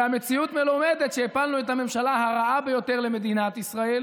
והמציאות מלמדת שהפלנו את הממשלה הרעה ביותר למדינת ישראל